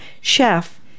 chef